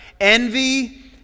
envy